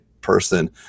person